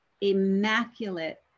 immaculate